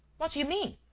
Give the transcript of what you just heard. what do you mean?